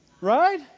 Right